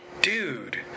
dude